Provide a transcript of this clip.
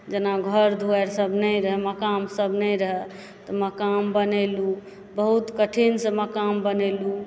जेना घर दुआरि सब नहि रहए मकान सब नहि रहए मकान बनेलहुँ बहुत कठिनसंँ मकान बनेलहुँ